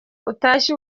atashye